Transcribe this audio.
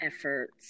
Efforts